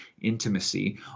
intimacy